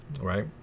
right